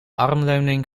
armleuning